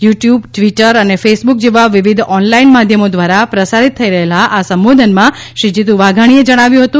you tube Twitter અને Facebook જેવા વિવિધ ઓનલાઈન માધ્યમો દ્વારા પ્રસારીત થઈ રહેલાં આ સંબોધનમાં શ્રી જીતુ વાધાણી એ જણાવ્યું હતું